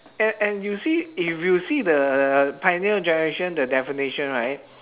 and and you see if you see the pioneer generation the definition right